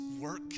work